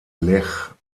lech